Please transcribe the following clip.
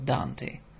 Dante